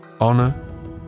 honor